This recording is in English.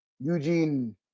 eugene